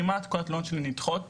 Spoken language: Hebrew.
כמעט כל התלונות שלי נדחות